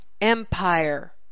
empire